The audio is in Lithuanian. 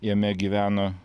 jame gyveno